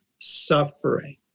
suffering